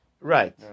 Right